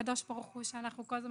הקדוש ברוך הוא, שאנחנו כל הזמן